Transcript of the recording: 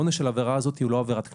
העונש של העבירה הזאת הוא לא עבירת קנס.